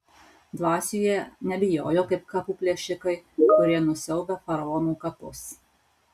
dvasių jie nebijojo kaip kapų plėšikai kurie nusiaubia faraonų kapus